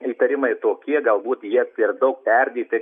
įtarimai tokie galbūt jie per daug perdėti